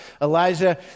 Elijah